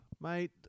mate